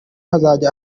azajya